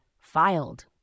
filed